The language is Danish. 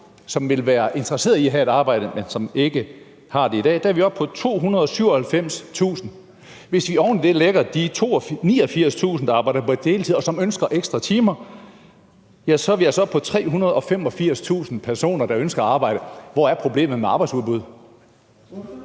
som ville være interesseret i at have et arbejde, men som ikke har det i dag. Der er vi oppe på 297.000 personer. Hvis vi oven i det lægger de 89.000 personer, som arbejder på deltid, og som ønsker ekstra timer, ja, så er vi altså oppe på 385.000 personer, som ønsker at arbejde. Hvor er problemet med arbejdsudbuddet?